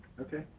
Okay